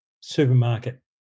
supermarket